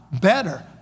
better